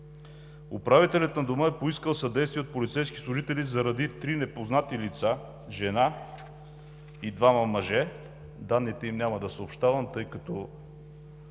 Управителят на дома е поискал съдействие от полицейските служители заради три непознати лица, жена и двама мъже, но няма да съобщавам данните